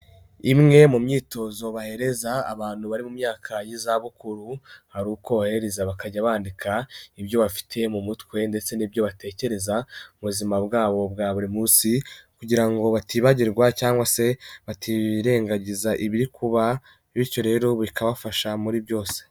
Imwe mu myitozo bahereza abantu bari mu myaka y'izabukuru, hari uko ubahereza bakajya bandika ibyo bafite mu mutwe ndetse n'ibyo batekereza mu buzima bwabo bwa buri munsi, kugira ngo batibagirwa cyangwa se batirengagiza ibiri kuba, bityo rero bikabafasha muri byose.